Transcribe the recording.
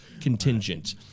contingent